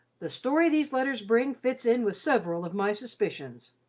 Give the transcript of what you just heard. the story these letters bring fits in with several of my suspicions.